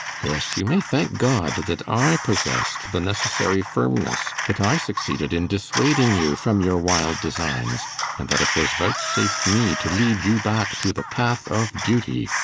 yes, you may thank god that i possessed the necessary firmness that i succeeded in dissuading you from your wild designs and that it was vouchsafed me to lead you back to the path of duty,